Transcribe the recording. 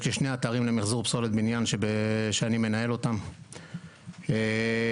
יש לי שני אתרים למחזור פסולת בניין שאני מנהל אותם בבעלותי.